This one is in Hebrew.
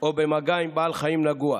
או במגע עם בעל חיים נגוע.